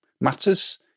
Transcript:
matters